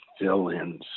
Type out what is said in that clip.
fill-in